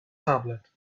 tablet